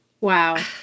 Wow